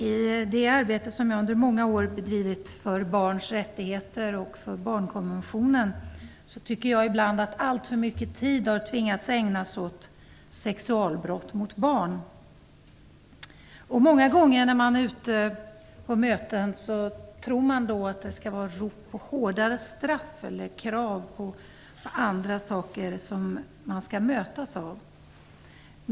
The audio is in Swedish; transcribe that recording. I det arbete som jag under många år har bedrivit för barns rättigheter och för barnkonventionen tycker jag ibland att alltför mycket tid har tvingats ägnas åt sexualbrott mot barn. Många gånger när man är ute på möten tror man att man skall mötas av rop på hårdare straff eller andra krav.